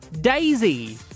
Daisy